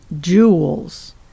jewels